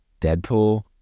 Deadpool